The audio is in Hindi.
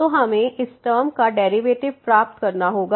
तो हमें इस टर्म का डेरिवेटिव प्राप्त करना होगा